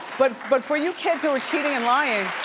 but but for you kids who are cheating and lying,